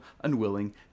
unwilling